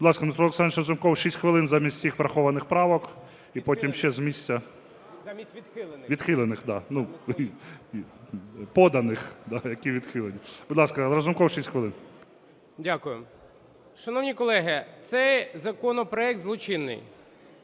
Дякую. Шановні колеги, цей законопроект злочинний.